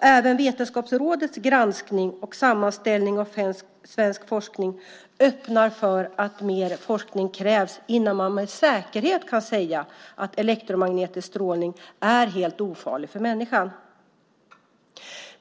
Även Vetenskapsrådets granskning och sammanställning av svensk forskning öppnar för att mer forskning krävs innan man med säkerhet kan säga att elektromagnetisk strålning är helt ofarlig för människan.